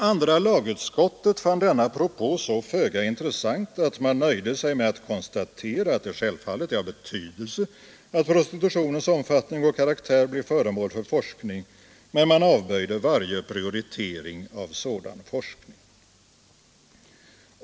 Andra lagutskottet fann denna propå så föga intressant att man nöjde sig med att konstatera att det självfallet är av betydelse att prostitutionens omfattning och karaktär blev föremål för forskning, men man avböjde varje prioritering av sådan forskning.